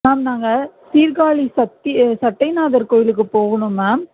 ma'am நாங்கள் சீர்காழி சத்தி சட்டையநாதர் கோயிலுக்கு போகணும் மேம்